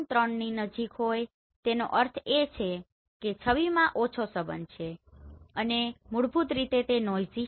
3 ની નજીક હોય તેનો અર્થ એ છે કે છબીમાં ઓછો સંબંધ છે અને મૂળભૂત રીતે તે નોઈઝી છે